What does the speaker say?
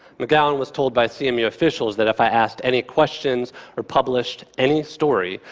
mcgowan was told by cmu officials that if i asked any questions or published any story,